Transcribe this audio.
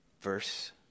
verse